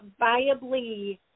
viably